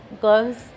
gloves